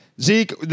Zeke